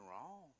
wrong